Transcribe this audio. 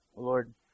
Lord